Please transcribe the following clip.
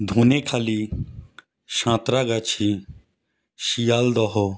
Dhanekhali Santragachi Sealdah